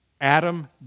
Adam